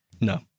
No